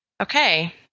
Okay